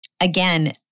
Again